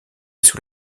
sous